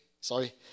Sorry